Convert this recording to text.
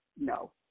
no